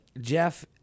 Jeff